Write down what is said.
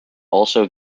also